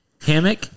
Hammock